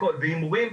והימורים,